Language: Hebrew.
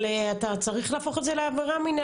אבל אתה צריך להפוך את זה לעבירה מנהלית.